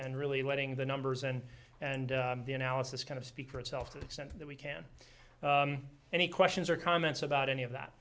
and really letting the numbers and and the analysis kind of speak for itself to the extent that we can any questions or comments about any of that